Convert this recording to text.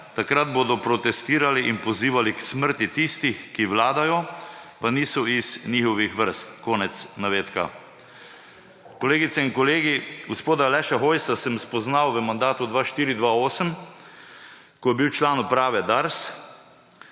takrat bodo protestirali in pozivali k smrti tistih, ki vladajo, pa niso iz njihovih vrst.« Konec navedka. Kolegice in kolegi, gospoda Aleša Hojsa sem spoznal v mandatu 2004–2008, ko je bil član uprave Dars,